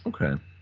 Okay